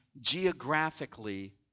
geographically